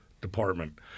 department